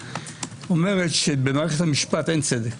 אומרת שבמערכת המשפט אין צדק.